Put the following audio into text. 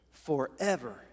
forever